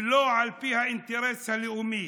ולא על פי האינטרס הלאומי,